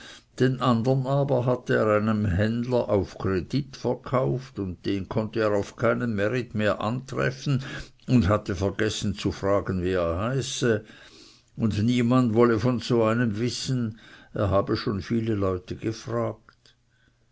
den andern aber hatte er einem händler dings verkauft und den konnte er auf keinem märit mehr antreffen und hatte vergessen zu fragen wie er heiße und niemand wollte von so einem wissen er habe schon viele leute gefragt